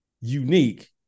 unique